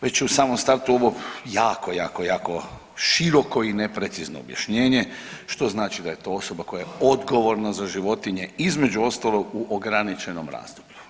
Već u samom startu ovo je jako, jako, jako široko i neprecizno objašnjenje, što znači da je to osoba koja je odgovorna za životinje između ostalog u ograničenom razdoblju.